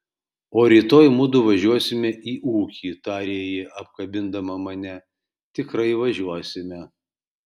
o rytoj mudu važiuosime į ūkį tarė ji apkabindama mane tikrai važiuosime